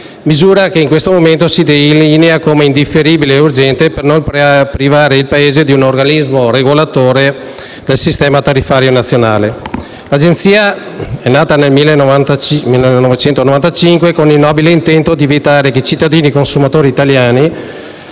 misura che oggi si delinea come indifferibile e urgente per non privare il Paese di un organismo regolatore del sistema tariffario nazionale. L'Agenzia è nata nel 1995 con il nobile intento di evitare che i cittadini consumatori italiani